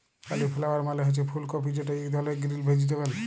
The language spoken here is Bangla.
কালিফ্লাওয়ার মালে হছে ফুল কফি যেট ইক ধরলের গ্রিল ভেজিটেবল